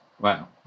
Wow